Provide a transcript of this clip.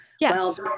Yes